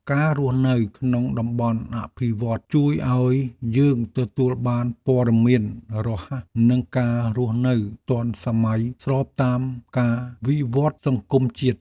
ការរស់នៅក្នុងតំបន់អភិវឌ្ឍន៍ជួយឱ្យយើងទទួលបានព័ត៌មានរហ័សនិងការរស់នៅទាន់សម័យស្របតាមការវិវត្តសង្គមជាតិ។